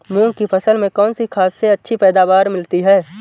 मूंग की फसल में कौनसी खाद से अच्छी पैदावार मिलती है?